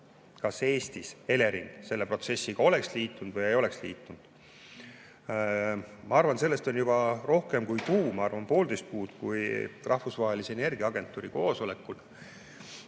kas Eestis Elering selle protsessiga oleks liitunud või ei oleks liitunud. Ma arvan, et sellest on juba rohkem kui kuu, ma arvan, et poolteist kuud, kui Rahvusvahelise Energiaagentuuri koosolekul